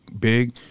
big